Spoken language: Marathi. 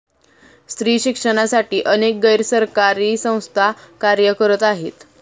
स्त्री शिक्षणासाठी अनेक गैर सरकारी संस्था कार्य करत आहेत